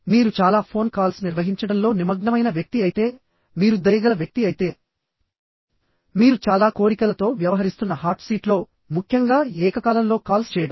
మీరు చాలా phone calls నిర్వహించడంలో నిమగ్నమైన వ్యక్తి అయితే మీరు దయగల వ్యక్తి అయితే మీరు చాలా కోరికలతో వ్యవహరిస్తున్న హాట్ సీట్లో ముఖ్యంగా ఏకకాలంలో కాల్స్ చేయడం